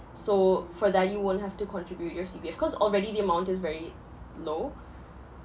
so for that you won't have to contribute to your C_P_F cause already the amount is very low